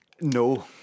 No